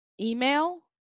email